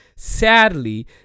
Sadly